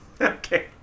Okay